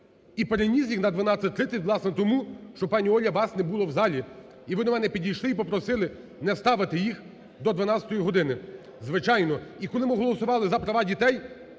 і переніс їх на 12:30, власне, тому що, пані Оля, вас не було в залі і ви до мене підійшли і попросили не ставити їх до 12-ї години. Звичайно, і коли ми голосували за права дітей